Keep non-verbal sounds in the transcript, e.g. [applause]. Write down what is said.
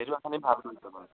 সেইটো অথনি ভাল [unintelligible]